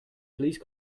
please